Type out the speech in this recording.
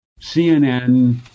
CNN